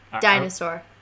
Dinosaur